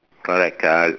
correct uh